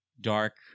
dark